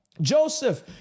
Joseph